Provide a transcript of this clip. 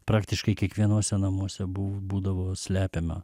praktiškai kiekvienuose namuose buvo būdavo slepiama